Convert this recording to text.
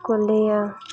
ᱠᱚ ᱞᱟᱹᱭᱟ